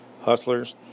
Hustlers